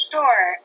Sure